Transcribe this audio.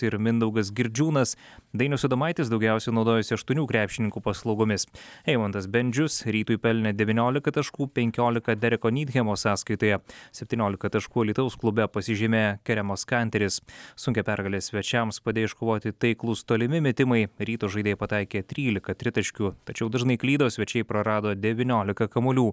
ir mindaugas girdžiūnas dainius adomaitis daugiausiai naudojosi aštuonių krepšininkų paslaugomis eimantas bendžius rytui pelnė devyniolika taškų penkiolika dereko nythemo sąskaitoje septyniolika taškų alytaus klube pasižymėja keremas kanteris sunkią pergalę svečiams padėjo iškovoti taiklūs tolimi metimai ryto žaidėjai pataikė trylika tritaškių tačiau dažnai klydo svečiai prarado devyniolika kamuolių